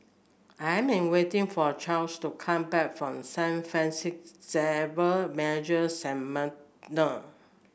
I am waiting for Chas to come back from Saint Francis Xavier Major Seminary